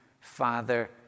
Father